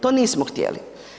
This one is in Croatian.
To nismo htjeli.